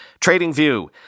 TradingView